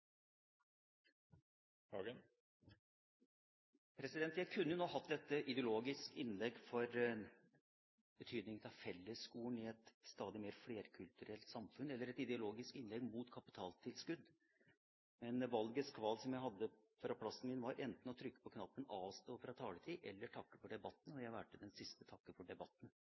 Jeg kunne nå ha hatt et ideologisk innlegg for betydningen av fellesskolen i et stadig mer flerkulturelt samfunn eller et ideologisk innlegg mot kapitaltilskudd. Men valgets kval som jeg hadde fra plassen min, var enten å trykke på knappen «Avstå fra taletid» eller takke for debatten. Jeg valgte det siste: takke for debatten.